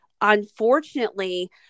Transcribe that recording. unfortunately